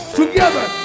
together